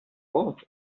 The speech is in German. wort